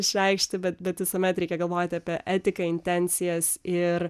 išreikšti bet bet visuomet reikia galvoti apie etiką intencijas ir